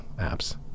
apps